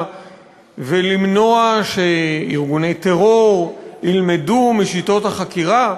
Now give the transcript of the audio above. ולמנוע שארגוני טרור ילמדו משיטות החקירה,